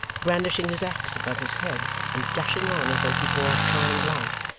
brandishing his axe above his head, and dashing on as though he bore a charmed life,